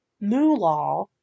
moolah